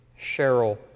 Cheryl